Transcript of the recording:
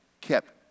kept